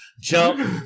Jump